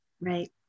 Right